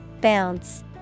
Bounce